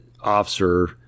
officer